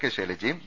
K ശൈലജയും V